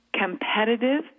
competitive